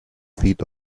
feet